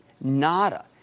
Nada